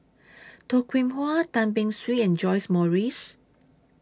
Toh Kim Hwa Tan Beng Swee and John's Morrice